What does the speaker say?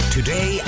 Today